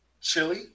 chili